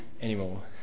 anymore